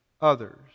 others